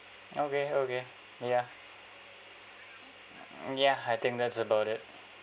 okay okay ya ya I think that's about it